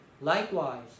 Likewise